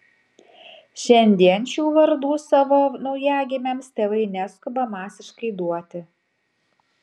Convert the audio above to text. šiandien šių vardų savo naujagimiams tėvai neskuba masiškai duoti